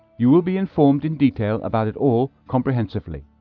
you will be informed in detail about it all comprehensively.